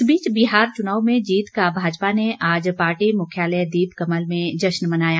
इस बीच बिहार चुनाव में जीत का भाजपा ने आज पार्टी मुख्यालय दीप कमल में जश्न मनाया